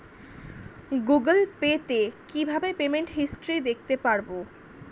Google Pay তে কিভাবে payment history দেখতে পারবো?